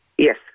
Yes